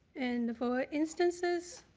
and for instances